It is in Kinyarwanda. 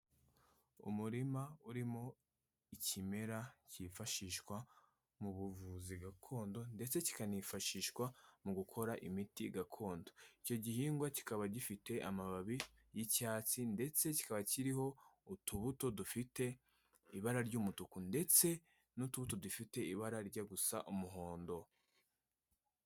Umurima urimo ikimera cyifashishwa mu buvuzi gakondo ndetse kikanifashishwa mu gukora imiti gakondo, icyo gihingwa kikaba gifite amababi y'icyatsi ndetse kikaba kiriho utubuto dufite ibara ry'umutuku ndetse n'utubuto dufite ibara rijya gusa umuhondo.